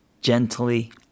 gently